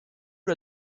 l’a